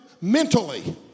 mentally